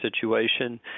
situation